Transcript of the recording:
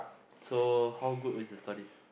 so how good was the story